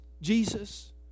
Jesus